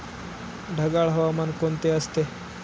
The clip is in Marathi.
ढगाळ हवामान कोणते असते?